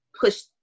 Push